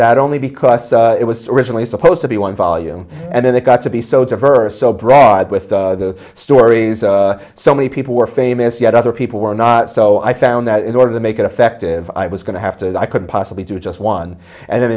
that only because it was originally supposed to be one volume and then it got to be so diverse so broad with the stories so many people were famous yet other people were not so i found that in order to make it effective i was going to have to i could possibly do just one and then